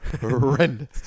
horrendous